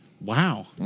Wow